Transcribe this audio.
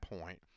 point